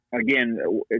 again